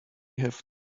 have